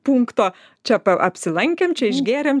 punkto čia apsilankėm čia išgėrėm